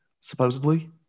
supposedly